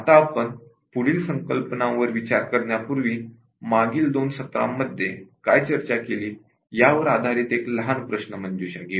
आता आपण पुढील संकल्पनांवर विचार करण्यापूर्वी मागील दोन सत्रांमध्ये काय चर्चा केली यावर आधारित एक लहान प्रश्नमंजूषा घेऊ